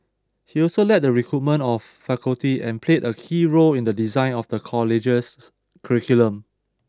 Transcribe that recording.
he also led the recruitment of faculty and played a key role in the design of the college's curriculum